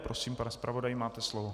Prosím, pane zpravodaji, máte slovo.